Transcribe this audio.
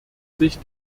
sich